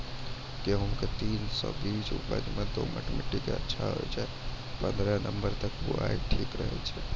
गेहूँम के तीन सौ तीन बीज उपज मे दोमट मिट्टी मे अच्छा होय छै, पन्द्रह नवंबर तक बुआई ठीक रहै छै